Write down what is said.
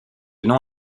nom